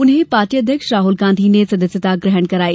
उन्हें पार्टी अध्यक्ष राहुल गांधी ने सदस्यता ग्रहण कराई